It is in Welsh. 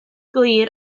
glir